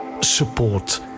Support